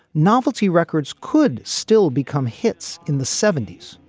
novelty records could still become hits in the seventy s.